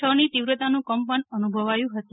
હની તીવ્રતાનું કંપન અનુભવાયું હતું